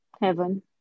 Heaven